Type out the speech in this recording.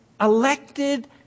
elected